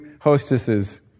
hostesses